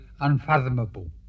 unfathomable